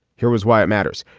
here was why it matters.